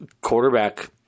quarterback